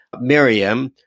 Miriam